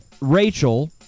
Rachel